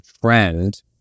trend